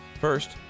First